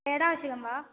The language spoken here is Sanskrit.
पेडा आवश्यकं वा